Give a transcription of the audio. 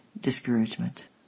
discouragement